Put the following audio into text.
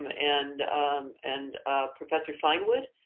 and um and professor finewood,